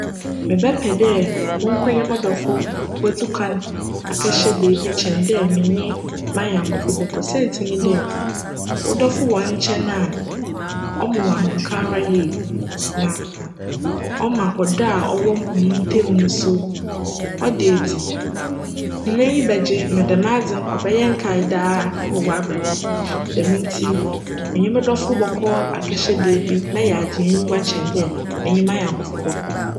Mebjpj dj mo nko menye mo dcfo botu kwan akjhyj beebi kyjn dj menye m'anyjnkofo bckc siantsir nye dj, wo dcfo wc wo nkyjn a, cma wo ahomka ara yie na cma cdc a cwc hom ntamu no so cda edzi, hcn enyi bjgye na djm adze no cbjyj nkae dj wc hcn abrabc mu djm ntsi menye mo dcfo bckc akjhyj beebi na yjagye hjn enyiwa kyjn dj menye m'anyjnkofo bckc.